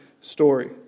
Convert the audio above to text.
story